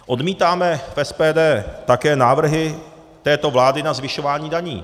Odmítáme v SPD také návrhy této vlády na zvyšování daní.